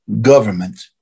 government